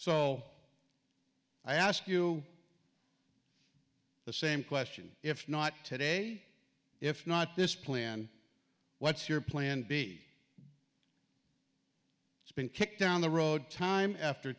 so i ask you the same question if not today if not this plan what's your plan b it's been kicked down the road time after